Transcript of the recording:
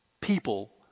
people